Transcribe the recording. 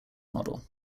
model